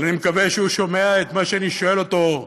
אבל אני מקווה שהוא שומע את מה שאני שואל אותו: